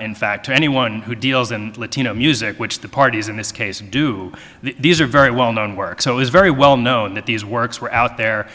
in fact to anyone who deals in latino music which the parties in this case do these are very well known work so it was very well known that these works were out there